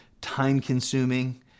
time-consuming